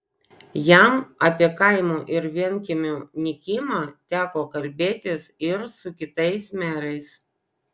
jam apie kaimų ir vienkiemių nykimą teko kalbėtis ir su kitais merais